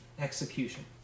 execution